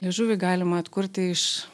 liežuvį galima atkurti iš